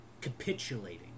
capitulating